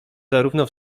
zarówno